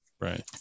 Right